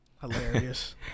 hilarious